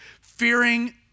fearing